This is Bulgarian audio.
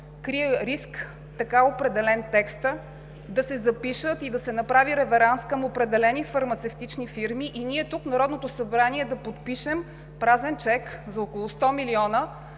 крие риск да се запишат и да се направи реверанс към определени фармацевтични фирми и ние тук – Народното събрание, да подпишем празен чек за около 100 милиона